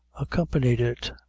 accompanied it,